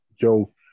Joe